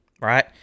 Right